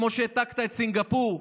כמו שהעתקת את סינגפור,